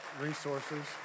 resources